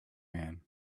man